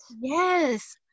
Yes